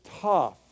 tough